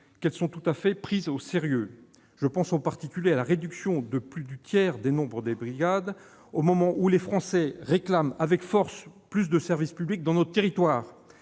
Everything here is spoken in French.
qu'elles sont tout à fait prises au sérieux. J'ai en particulier à l'esprit la réduction de plus du tiers du nombre de brigades, au moment où les Français réclament avec force plus de services publics dans nos territoires.